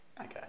Okay